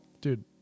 Dude